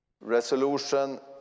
Resolution